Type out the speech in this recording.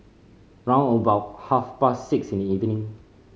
round about half past six in the evening